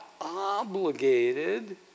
obligated